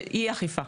אי אכיפה.